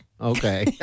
Okay